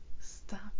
Stop